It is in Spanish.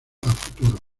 futuro